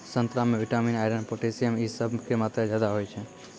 संतरा मे vitamin, iron, potassium इ सभ के मात्रा ज्यादा होय छै